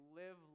live